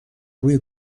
روی